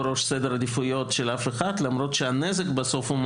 זה לא בראש סדר העדיפויות של אף אחד למרות שהנזק המערכתי;